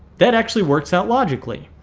that actually works out logically.